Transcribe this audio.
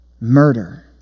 Murder